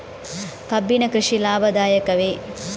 ಕಬ್ಬಿನ ಕೃಷಿ ಲಾಭದಾಯಕವೇ?